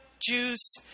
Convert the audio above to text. Juice